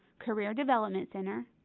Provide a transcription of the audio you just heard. career development center,